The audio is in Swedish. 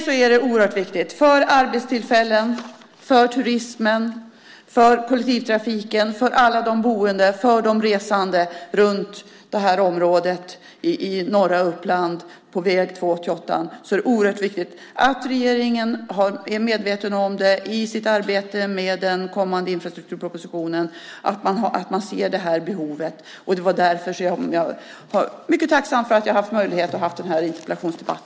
Det är oerhört viktigt för arbetstillfällena, turismen, kollektivtrafiken, de boende och dem som reser i norra Uppland på väg 288 att regeringen är medveten om detta behov i sitt arbete med den kommande infrastrukturpropositionen. Därför är jag mycket tacksam att jag har fått möjlighet att ha denna interpellationsdebatt.